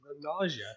nausea